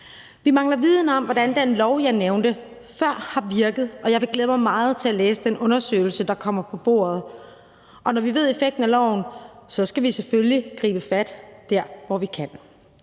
Vi mangler viden om, hvordan den lov, jeg nævnte før, har virket, og jeg vil glæde mig meget til at læse den undersøgelse, der kommer på bordet. Og når vi kender effekten af loven, skal vi selvfølgelig gribe fat der, hvor vi kan.